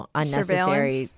unnecessary